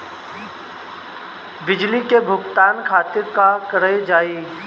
बिजली के भुगतान खातिर का कइल जाइ?